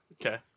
Okay